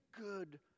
good